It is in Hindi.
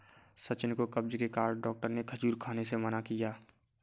सचिन को कब्ज के कारण डॉक्टर ने खजूर खाने से मना किया